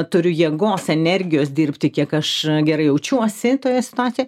turiu jėgos energijos dirbti kiek aš gerai jaučiuosi toje situacijoje